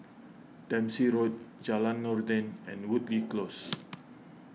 Dempsey Road Jalan Noordin and Woodleigh Close